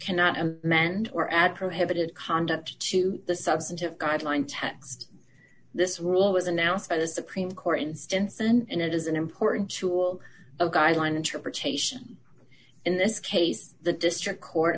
cannot amend or add prohibited conduct to the substantive guideline text this rule was announced by the supreme court instance and it is an important tool a guideline interpretation in this case the district court